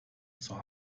zur